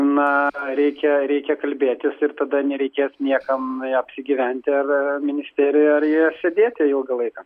na reikia reikia kalbėtis ir tada nereikės niekam apsigyventi ar ministerijoje ar joje sėdėti ilgą laiką